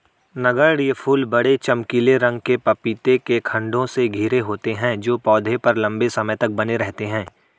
नगण्य फूल बड़े, चमकीले रंग के पपीते के खण्डों से घिरे होते हैं जो पौधे पर लंबे समय तक बने रहते हैं